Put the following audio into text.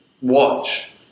watch